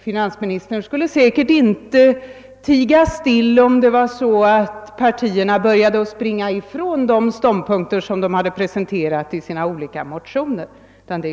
Finansministern skulle säkert inte tiga still om det vore så att partierna började springa från de ståndpunkter som de presenterat i sina olika motioner.